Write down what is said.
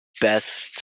best